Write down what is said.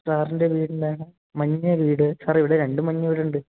സാറിൻ്റെ വീടിൻ്റെ മഞ്ഞ വീട് സാർ ഇവിടെ രണ്ട് മഞ്ഞ വീടുണ്ട്